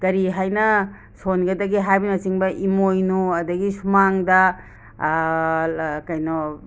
ꯀꯔꯤ ꯍꯥꯏꯅ ꯁꯣꯟꯒꯗꯒꯦ ꯍꯥꯏꯕꯅꯆꯤꯡꯕ ꯏꯃꯣꯏꯅꯨ ꯑꯗꯒꯤ ꯁꯨꯃꯥꯡꯗ ꯀꯩꯅꯣ